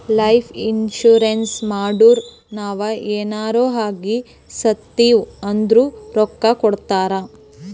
life insurance ಮಾಡುರ್ ನಾವ್ ಎನಾರೇ ಆಗಿ ಸತ್ತಿವ್ ಅಂದುರ್ ರೊಕ್ಕಾ ಕೊಡ್ತಾರ್